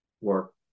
work